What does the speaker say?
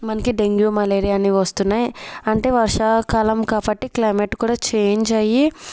మనకి dengue malaria అని వస్తున్నాయి అంటే వర్షాకాలం కాబట్టి క్లైమేట్ కూడా చేంజ్ అయ్యి